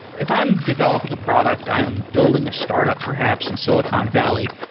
if i'm developing a product, i'm building a startup perhaps in silicon valley.